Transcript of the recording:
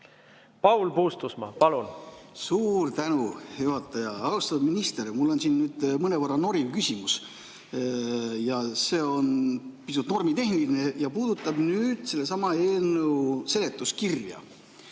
Paul Puustusmaa, palun! Suur tänu, juhataja! Austatud minister! Mul on mõnevõrra noriv küsimus. See on pisut normitehniline ja puudutab sellesama eelnõu seletuskirja.